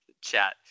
chat